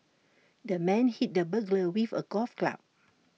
the man hit the burglar with A golf club